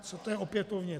Co to je opětovně?